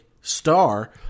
star